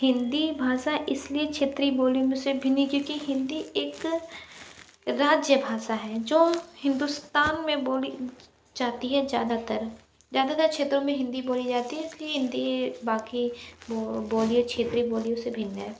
हिंदी भाषा इसलिए क्षेत्रीय बोलियों में से भिन्न है क्योंकि हिंदी एक राज्य भाषा है जो हिंदुस्तान में बोली जाती है ज़्यादातर ज़्यादातर क्षेत्रों में हिंदी बोली जाती है क्योंकि हिंदी बाकि जो क्षेत्रीय बोलियों से भिन्न है